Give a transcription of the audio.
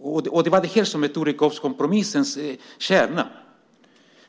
och det var det som var Torekovskompromissens kärna.